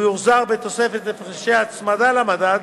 הוא יוחזר בתוספת הפרשי הצמדה למדד,